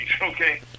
okay